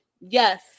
yes